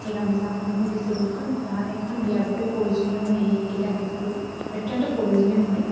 সেই গামোচাসমূহো দিছিলোঁ এখন এখন বিয়াৰ বাবে প্ৰয়োজনীয় সেইকেইটা বস্তু অত্যন্ত প্ৰয়োজনীয় হয়